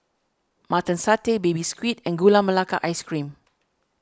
Mutton Satay Baby Squid and Gula Melaka Ice Cream